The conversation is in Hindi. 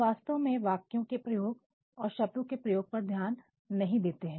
हम वास्तव में वाक्यों के प्रयोग और शब्दों के प्रयोग पर ध्यान नहीं देते हैं